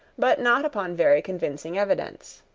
but not upon very convincing evidence.